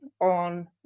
on